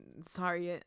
sorry